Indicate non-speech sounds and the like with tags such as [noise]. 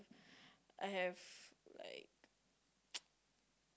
I have like [noise]